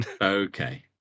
Okay